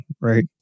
right